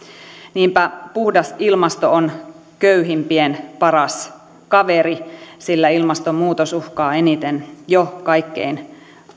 niinpä puhdas ilmasto on köyhimpien paras kaveri sillä ilmastonmuutos uhkaa eniten jo kaikkein